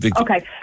okay